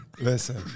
Listen